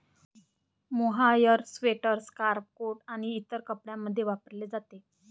mohair sweater, scarf, coat आणि इतर कपड्यांमध्ये वापरले जाते